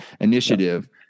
Initiative